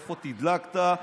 איפה תדלקת,